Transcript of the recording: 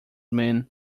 man